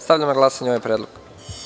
Stavljam na glasanje ovaj predlog.